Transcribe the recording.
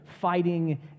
fighting